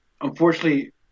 unfortunately